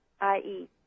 I-E